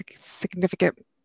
significant